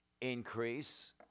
Increase